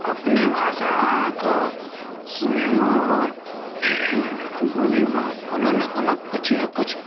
अपने भाषा अहाँके सुनयमे आओर बोलयमे कोनो ने कोनो किछु ने किछु